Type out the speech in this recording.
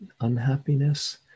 unhappiness